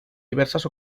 diversas